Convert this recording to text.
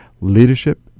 leadership